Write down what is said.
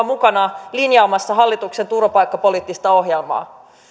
mukana linjaamassa hallituksen turvapaikkapoliittista ohjelmaa